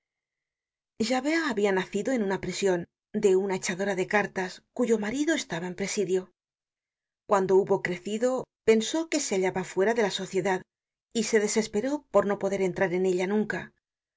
javert javert habia nacido en una prision de una echadora de cartas cuyo marido estaba en presidio cuando hubo crecido pensó que se hallaba fuera de la sociedad y se desesperó por no poder entrar en ella nunca